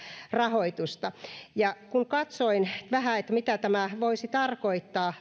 rahoitusta lyhentämättömänä itse lapsilisäjärjestelmään katsoin vähän tämmöisenä sormiharjoitteluna mitä tämä voisi tarkoittaa